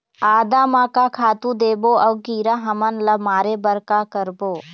आदा म का खातू देबो अऊ कीरा हमन ला मारे बर का करबो?